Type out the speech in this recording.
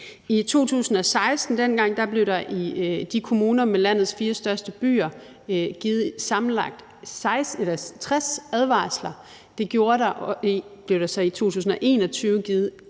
I 2016 blev der i de kommuner med landets fire største byer givet sammenlagt 60 advarsler; i 2021 blev der givet